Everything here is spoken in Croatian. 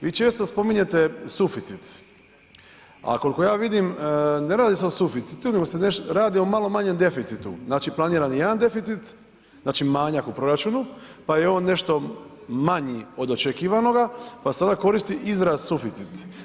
Vi često spominjete suficit, ali koliko ja vidim ne radi se o suficitu nego se radi o malo manjem deficitu, znači planiran je jedan deficit, znači manjak u proračunu, pa je on nešto manji od očekivanoga pa se onda koristi izraz suficit.